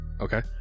okay